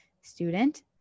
Student